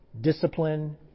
discipline